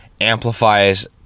amplifies